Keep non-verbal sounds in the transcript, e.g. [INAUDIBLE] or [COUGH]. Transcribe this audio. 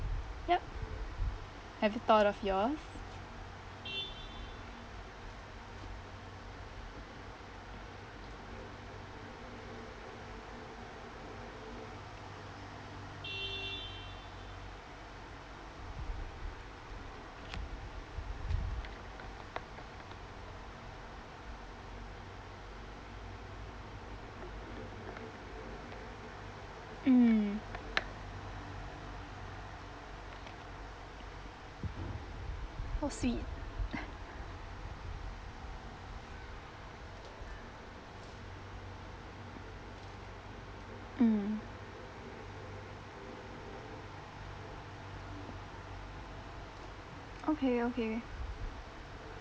yup have you thought of yours mm oh sweet [LAUGHS] mm okay okay